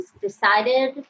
decided